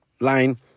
line